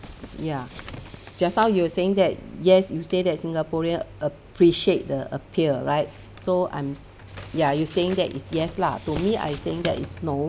ya just now you were saying that yes you say that singaporean appreciate the appeal right so I'm ya you saying that is yes lah to me I'm saying that it's no